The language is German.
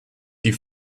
die